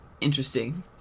interesting